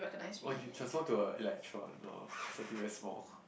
or you can transform to a electron no will be very small